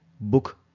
book